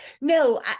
no